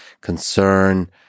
concern